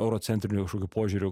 eurocentriniu kažkokiu požiūriu